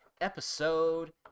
episode